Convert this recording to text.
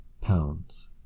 pounds